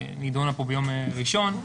ונידונה פה ביום ראשון,